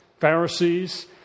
Pharisees